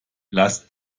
lass